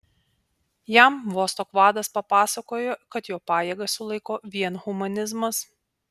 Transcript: jam vostok vadas papasakojo kad jo pajėgas sulaiko vien humanizmas